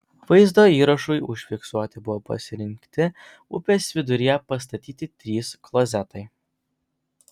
vaizdo įrašui užfiksuoti buvo pasirinkti upės viduryje pastatyti trys klozetai